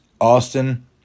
Austin